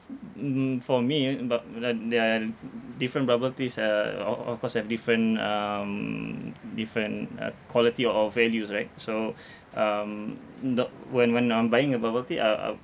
mm mm for me bub~ like there are different bubble teas uh o~ o~ of course have different um different uh quality or values right so um the when when I'm buying a bubble tea I'll I'll